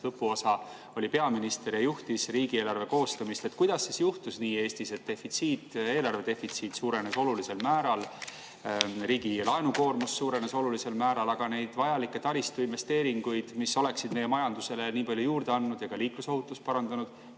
lõpuosa, oli peaminister ja juhtis riigieelarve koostamist. Kuidas juhtus nii Eestis, et eelarve defitsiit suurenes olulisel määral, riigi laenukoormus suurenes olulisel määral, aga neid vajalikke taristuinvesteeringuid, mis oleksid meie majandusele nii palju juurde andnud ja ka liiklusohutust parandanud,